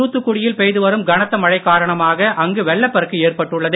தூத்துக்குடியில் பெய்து வரும் கனத்த மழை காரணமாக அங்கு வெள்ளப்பெருக்கு ஏற்பட்டுள்ளது